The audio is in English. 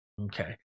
Okay